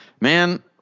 man